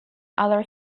other